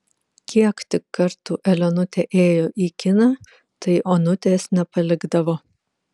kiek tik kartų elenutė ėjo į kiną tai onutės nepalikdavo